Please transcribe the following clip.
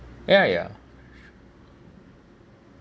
ya ya